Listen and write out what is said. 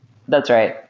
that's right.